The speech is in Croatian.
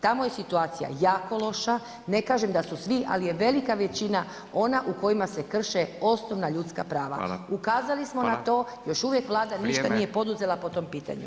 Tamo je situacija jako loša, ne kažem da su svi, ali je velika većina ona u kojima se krše osnovna ljudska prava [[Upadica Furio Radin: hvala.]] Ukazali smo na to, još uvijek Vlada ništa nije poduzela po tom pitanju.